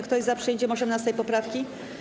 Kto jest za przyjęciem 18. poprawki?